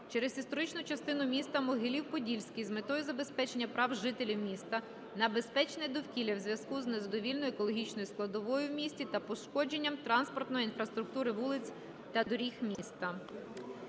через історичну частину міста Могилів-Подільський з метою забезпечення прав жителів міста на безпечне довкілля в зв'язку з незадовільною екологічною складовою в місті та пошкодженням транспортної інфраструктури вулиць та доріг міста.